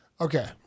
Okay